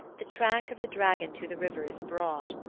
the track of the dragon to the river is broad,